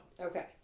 Okay